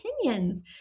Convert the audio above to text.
opinions